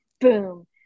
Boom